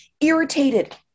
irritated